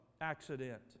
accident